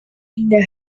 indah